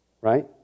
Right